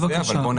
בבקשה,